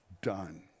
Done